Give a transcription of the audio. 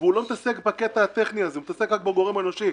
והוא לא מתעסק בקטע הטכני רק מתעסק בגורם האנושי.